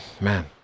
man